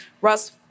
Russ